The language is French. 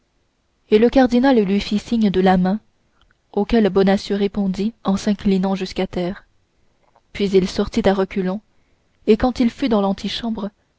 et le cardinal lui fit un signe de la main auquel bonacieux répondit en s'inclinant jusqu'à terre puis il sortit à reculons et quand il fut dans l'antichambre